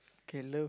k love